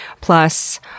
plus